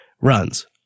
runs